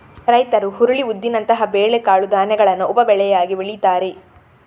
ರೈತರು ಹುರುಳಿ, ಉದ್ದಿನಂತಹ ಬೇಳೆ ಕಾಳು ಧಾನ್ಯಗಳನ್ನ ಉಪ ಬೆಳೆಯಾಗಿ ಬೆಳೀತಾರೆ